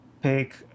pick